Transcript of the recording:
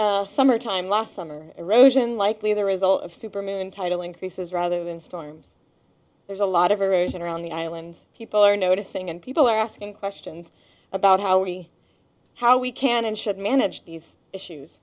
summertime last summer erosion likely the result of superman title increases rather than storms there's a lot of erosion around the island people are noticing and people are asking questions about how we how we can and should manage these issues